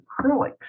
acrylics